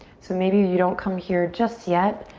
so maybe you don't come here just yet.